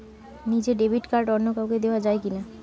নিজের debit card অন্য কাউকে দেওয়া যায় কি না?